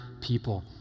people